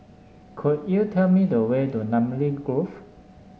could you tell me the way to Namly Grove